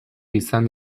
izan